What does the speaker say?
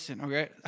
okay